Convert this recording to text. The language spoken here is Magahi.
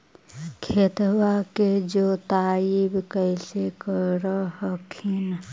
खेतबा के जोतय्बा कैसे कर हखिन?